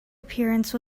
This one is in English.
appearance